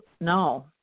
no